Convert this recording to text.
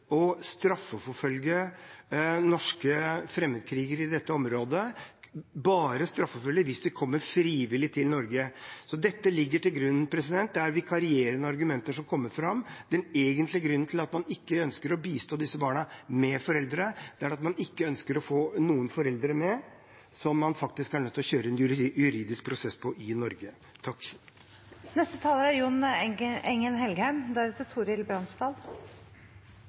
å straffeforfølge norske fremmedkrigere i dette området, bare straffeforfølge hvis de kommer frivillig til Norge. Dette ligger til grunn. Det er vikarierende argumenter som kommer fram. Den egentlige grunnen til at man ikke ønsker å bistå de barna som har foreldre, er at man ikke ønsker å få med noen foreldre som man er nødt til å kjøre en juridisk prosess overfor i Norge. Debatten viser at det er